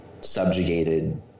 subjugated